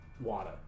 water